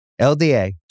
LDA